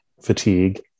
fatigue